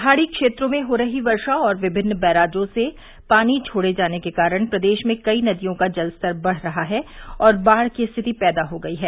पहाड़ी क्षेत्रों में हो रही वर्षा और विभिन्न बैराजों से पानी छोड़े जाने के कारण प्रदेश में कई नदियों का जलस्तर बढ़ रहा है और बाढ़ की रिथति पैदा हो गई है